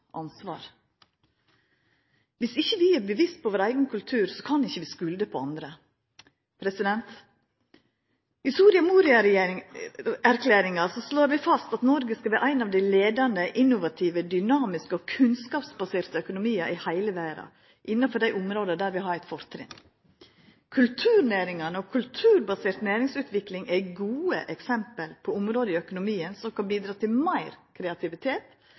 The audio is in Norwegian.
ansvar. Viss ikkje vi er bevisste på vår eigen kultur, så kan vi ikkje skulda på andre. I Soria Moria-erklæringa slår vi fast at Noreg skal vera ein av dei leiande, innovative, dynamiske og kunnskapsbaserte økonomiar i heile verda, innanfor dei område der vi har eit fortrinn. Kulturnæringane og kulturbasert næringsutvikling er gode eksempel på område i økonomien som kan bidra til meir kreativitet